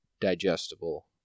digestible